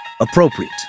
appropriate